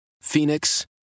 Phoenix